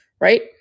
Right